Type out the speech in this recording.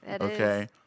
Okay